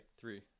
Three